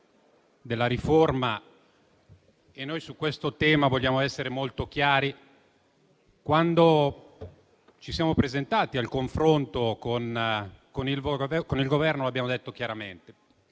della riforma e noi, su questo tema, vogliamo essere molto chiari. Quando ci siamo presentati al confronto con il Governo abbiamo detto chiaramente